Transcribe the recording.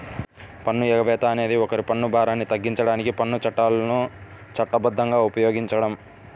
పన్ను ఎగవేత అనేది ఒకరి పన్ను భారాన్ని తగ్గించడానికి పన్ను చట్టాలను చట్టబద్ధంగా ఉపయోగించడం